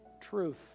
truth